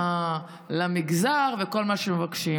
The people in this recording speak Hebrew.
למגזר בכל מה שמבקשים.